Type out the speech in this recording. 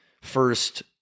first